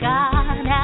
God